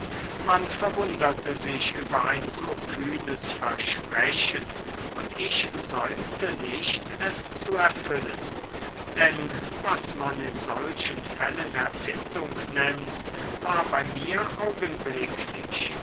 man verwunderte sich über ein so kühnes versprechen und ich säumte nicht es zu erfüllen denn was man in solchen fällen erfindung nennt war bei mir augenblicklich